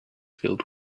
filled